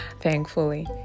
thankfully